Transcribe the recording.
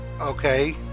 Okay